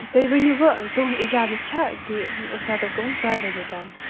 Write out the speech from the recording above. تُہۍ ؤنِو تُہُنٛد اِجازت چھا کہِ أس رَٹۄکھ یِم ژور بَجے تامَتھ